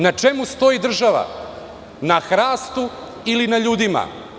Na čemu stoji država – na hrastu ili na ljudima?